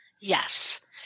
Yes